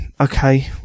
Okay